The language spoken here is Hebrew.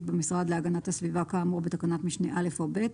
במשרד להגנת הסביבה כאמור בתקנת משנה (א) או (ב),